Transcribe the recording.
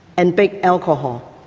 and big alcohol.